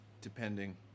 depending